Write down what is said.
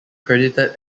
credited